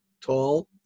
tall